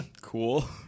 Cool